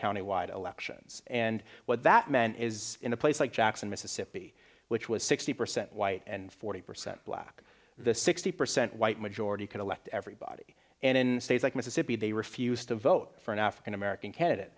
county wide elections and what that meant is in a place like jackson mississippi which was sixty percent white and forty percent black the sixty percent white majority can elect everybody and in states like mississippi they refused to vote for an african american